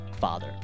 father